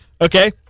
Okay